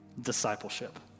Discipleship